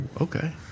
okay